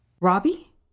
Robbie